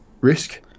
risk